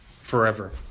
forever